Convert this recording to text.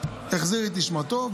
החזיר את נשמתו.